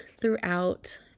throughout